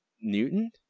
Newton